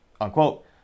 Unquote